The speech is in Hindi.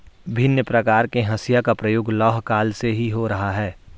भिन्न प्रकार के हंसिया का प्रयोग लौह काल से ही हो रहा है